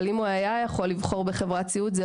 אבל אם הוא היה יכול לבחור בחברת סיעוד זה